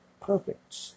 perfect